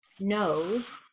knows